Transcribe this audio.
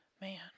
man